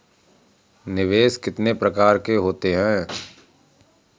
निवेश कितनी प्रकार के होते हैं?